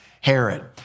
Herod